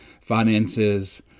finances